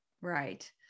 Right